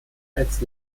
als